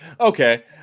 Okay